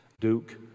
Duke